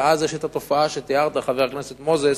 ואז יש התופעה שתיארת, חבר הכנסת מוזס,